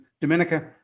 Dominica